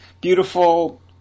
beautiful